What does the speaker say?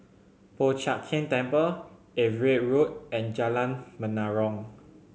Po Chiak Keng Temple Everitt Road and Jalan Menarong